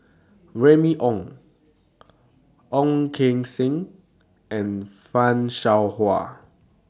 Remy Ong Ong Keng Sen and fan Shao Hua